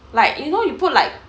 like you know you put like